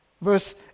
Verse